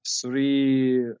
three